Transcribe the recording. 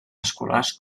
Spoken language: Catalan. escolars